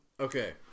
Okay